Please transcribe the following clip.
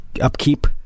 upkeep